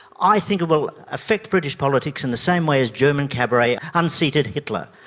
i think it will affect british politics in the same way as german cabaret unseated hitler.